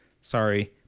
sorry